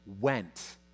went